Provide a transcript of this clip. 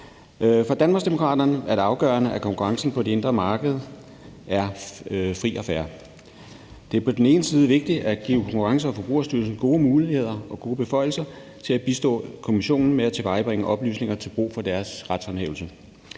For Danmarksdemokraterne er det afgørende, at konkurrencen på det indre marked er fri og fair. Det er på den ene side vigtigt at give Konkurrence- og Forbrugerstyrelsen gode muligheder og beføjelser til at bistå Kommissionen med at tilvejebringe oplysninger til brug for deres retshåndhævelse.